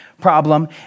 problem